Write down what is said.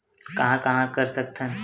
कहां कहां कर सकथन?